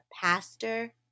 pastor